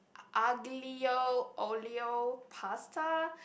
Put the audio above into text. a~ aglio olio pasta